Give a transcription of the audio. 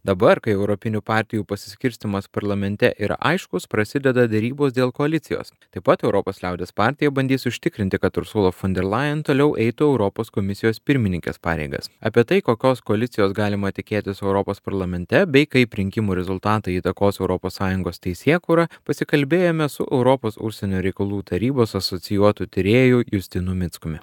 dabar kai europinių partijų pasiskirstymas parlamente yra aiškus prasideda derybos dėl koalicijos taip pat europos liaudies partija bandys užtikrinti kad ursula fon der leyen toliau eitų europos komisijos pirmininkės pareigas apie tai kokios koalicijos galima tikėtis europos parlamente bei kaip rinkimų rezultatai įtakos europos sąjungos teisėkūrą pasikalbėjome su europos užsienio reikalų tarybos asocijuotu tyrėju justinu mickumi